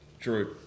Drew